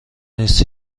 نیست